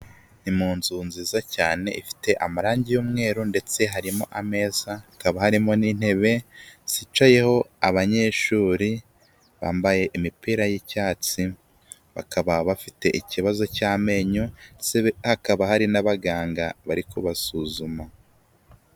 Ni mu nzu nziza cyane ifite amarangi y'umweru, ndetse harimo ameza, hakaba harimo n'intebe zicayeho abanyeshuri bambaye imipira y'icyatsi, bakaba bafite ikibazo cy'amenyo, ndetse hakaba hari n'abaganga bari kubasuzuma.